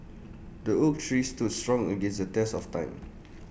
the oak tree stood strong against the test of time